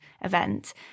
event